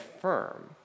firm